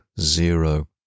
zero